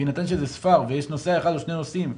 בהינתן שזה ספר ויש נוסע אחד או שני נוסעים,